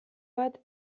bat